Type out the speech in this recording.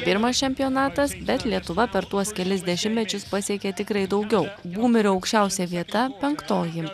pirmas čempionatas bet lietuva per tuos kelis dešimtmečius pasiekė tikrai daugiau būmerių aukščiausia vieta penktoji